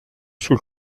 sul